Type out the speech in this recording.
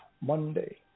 Monday